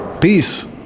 Peace